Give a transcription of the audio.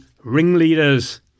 ringleaders